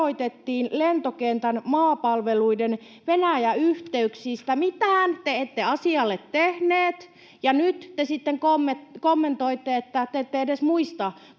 varoitettiin lentokentän maapalveluiden Venäjä-yhteyksistä. Mitään te ette asialle tehneet, ja nyt te sitten kommentoitte, että te ette edes muista koko